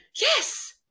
yes